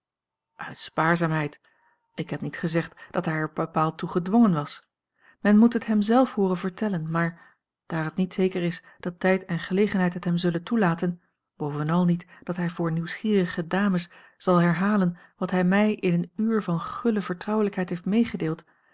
uit spaarzaamheid ik heb niet gezegd dat hij er bepaald toe gedwongen was men moet het hem zelf hooren vertellen maar daar het niet zeker is dat tijd en gelegenheid het hem zullen toelaten bovenal niet dat hij voor nieuwsgierige dames zal herhalen wat hij mij in een uur van gulle vertrouwelijkheid heeft meegedeeld